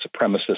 supremacist